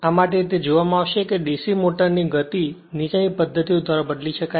આ માટે તે જોવામાં આવશે કે DC મોટરની ગતિ નીચેની પદ્ધતિઓ દ્વારા બદલી શકાય છે